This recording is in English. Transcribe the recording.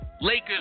Lakers